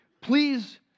please